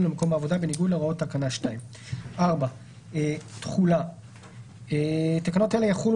למקום העבודה בניגוד להוראות תקנה 2. תחולה תקנות אלה יחולו